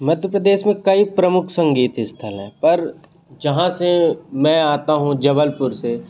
मध्य प्रदेश में कई प्रमुख संगीत स्थल हैं पर जहाँ से मैं आता हूँ जबलपुर से